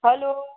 hello